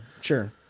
sure